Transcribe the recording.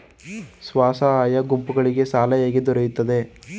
ಸ್ವಸಹಾಯ ಗುಂಪುಗಳಿಗೆ ಸಾಲ ಹೇಗೆ ದೊರೆಯುತ್ತದೆ?